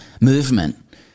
movement